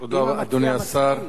תודה, אדוני השר.